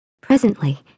Presently